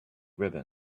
ribbon